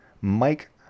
Mike